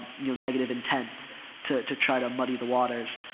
you know, negative intent to, to try to muddy the waters.